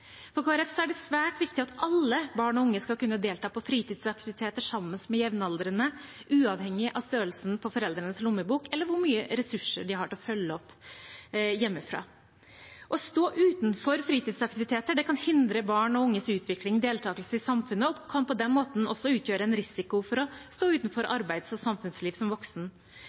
For Kristelig Folkeparti er det svært viktig at alle barn og unge skal kunne delta på fritidsaktiviteter sammen med jevnaldrende, uavhengig av størrelsen på foreldrenes lommebok eller hvor mye ressurser de har til å følge opp hjemmefra. Å stå utenfor fritidsaktiviteter kan hindre barn og unges utvikling og deltakelse i samfunnet, og det kan på den måten også utgjøre en risiko for å stå utenfor arbeids- og samfunnsliv som voksen.